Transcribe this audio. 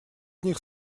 них